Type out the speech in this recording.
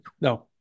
No